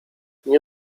nie